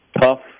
tough